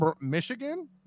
Michigan